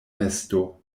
nesto